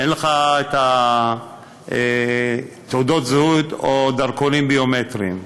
אין לך תעודות זהות או דרכונים ביומטריים.